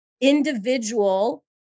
individual